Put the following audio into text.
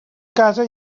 casa